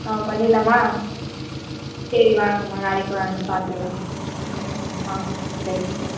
ஆ பண்ணிடலாமா சரி வாங்கம்மா நாளைக்கு வாங்க பார்த்துக்கலாம் ஆ ஓகே ஆ வாங்க சரிங்க